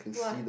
what